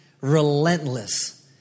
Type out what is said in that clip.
Relentless